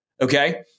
Okay